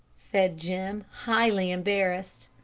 said jim, highly embarrassed.